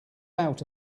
out